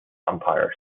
umpires